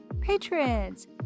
patrons